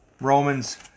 Romans